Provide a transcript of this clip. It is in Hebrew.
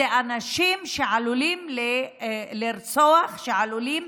אלו אנשים שעלולים לרצוח, שעלולים